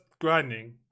grinding